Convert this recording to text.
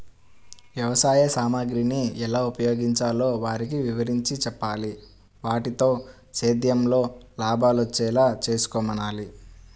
వ్యవసాయ సామగ్రిని ఎలా ఉపయోగించాలో వారికి వివరించి చెప్పాలి, వాటితో సేద్యంలో లాభాలొచ్చేలా చేసుకోమనాలి